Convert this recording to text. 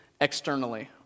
externally